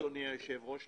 אדוני היושב-ראש,